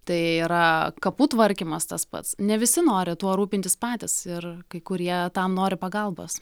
tai yra kapų tvarkymas tas pats ne visi nori tuo rūpintis patys ir kai kurie tam nori pagalbos